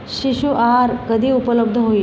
शिशु आहार कधी उपलब्ध होईल